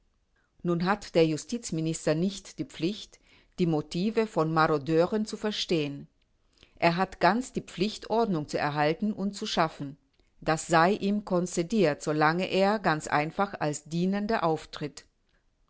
nun hat der justizminister nicht die pflicht die motive von marodeuren zu verstehen er hat ganz die pflicht ordnung zu erhalten u zu schaffen das sei ihm concediert so lange ganz einfach als dienender auftritt